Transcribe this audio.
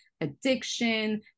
addiction